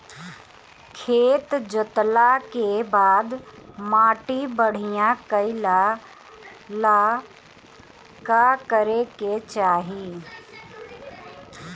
खेत जोतला के बाद माटी बढ़िया कइला ला का करे के चाही?